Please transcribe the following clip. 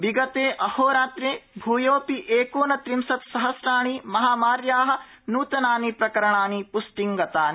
विगते अहोरात्रे भ्योपि एकोनविंशत्सहघाणि महामार्या नूतनानि प्रकरणानि पृष्टिंगतानि